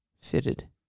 fitted